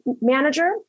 manager